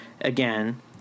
again